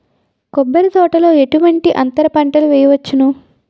కొబ్బరి తోటలో ఎటువంటి అంతర పంటలు వేయవచ్చును?